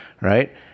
right